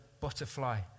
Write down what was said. butterfly